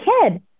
kid